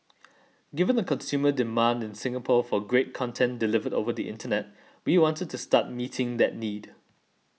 given the consumer demand in Singapore for great content delivered over the Internet we wanted to start meeting that need